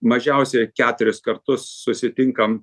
mažiausiai keturis kartus susitinkam